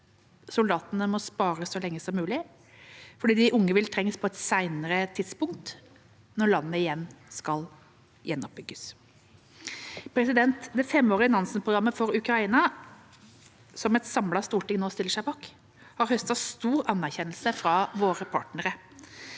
at de yngre må spares så langt som mulig, fordi de unge vil trengs på et senere tidspunkt – når landet skal gjenoppbygges. Det femårige Nansen-programmet for Ukraina – som et samlet storting nå stiller seg bak – har høstet stor anerkjennelse fra våre partnere.